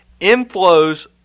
inflows